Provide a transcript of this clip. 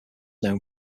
known